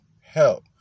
help